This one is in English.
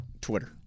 Twitter